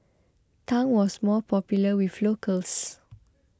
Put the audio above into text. Tang was more popular with locals